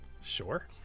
Sure